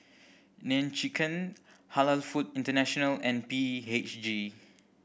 Nene Chicken Halal Food International and B H G